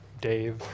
Dave